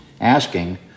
Asking